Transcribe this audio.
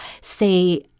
say